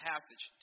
Passage